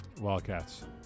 Wildcats